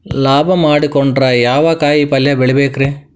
ಲಾಭ ಮಾಡಕೊಂಡ್ರ ಯಾವ ಕಾಯಿಪಲ್ಯ ಬೆಳಿಬೇಕ್ರೇ?